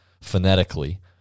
phonetically